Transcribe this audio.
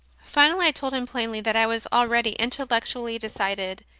finally i told him plainly that i was already intellectually decided,